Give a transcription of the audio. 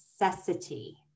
necessity